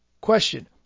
question